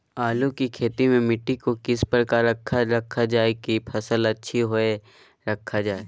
आलू की खेती में मिट्टी को किस प्रकार रखा रखा जाए की फसल अच्छी होई रखा जाए?